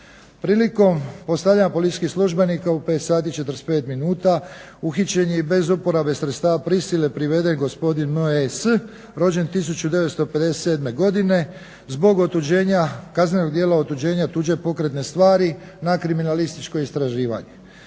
Prilikom postavljanja policijskih službenika u 5,45 sati uhićen je i bez uporabe sredstava prisile gospodin N.O.S. rođen 1957. godine zbog kaznenog djela otuđenja tuđe pokretne stvari na kriminalističko istraživanje.